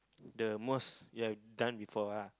the most you have done before ah